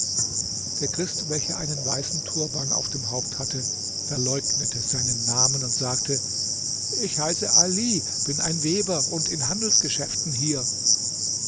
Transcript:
der christ welcher einen weißen turban auf dem haupt hatte verleugnete seinen namen und sagte ich heiße ali bin ein weber und in handelsgeschäften hier